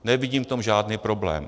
Nevidím v tom žádný problém.